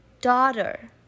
daughter